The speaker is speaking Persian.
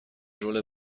رول